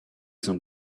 some